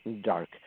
dark